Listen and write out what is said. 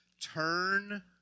turn